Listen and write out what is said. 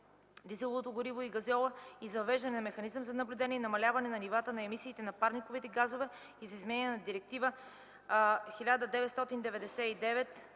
дизеловото гориво и газьола и за въвеждане на механизъм за наблюдение и намаляване на нивата на емисиите на парникови газове и за изменение на Директива